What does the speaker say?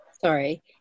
sorry